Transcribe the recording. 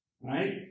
right